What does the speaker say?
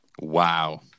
wow